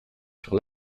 sur